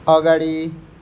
अगाडि